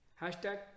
Hashtag